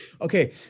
Okay